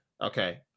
Okay